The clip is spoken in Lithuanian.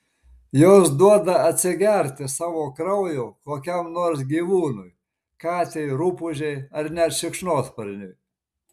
jos duoda atsigerti savo kraujo kokiam nors gyvūnui katei rupūžei ar net šikšnosparniui